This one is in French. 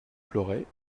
pleurait